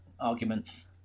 arguments